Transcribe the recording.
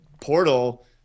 portal